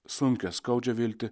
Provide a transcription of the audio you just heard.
sunkią skaudžią viltį